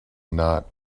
not